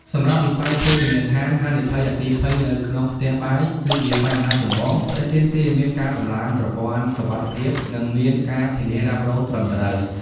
សម្រាប់វិស័យភោជនីយដ្ឋាន ហានិភ័យអគ្គិភ័យ នៅក្នុងផ្ទះបាយគឺជាបញ្ហាចម្បងដែលទាមទារឱ្យមានការដំឡើងប្រព័ន្ធសុវត្ថិភាព និងមាន ការធានារ៉ាប់រង ត្រឹមត្រូវ។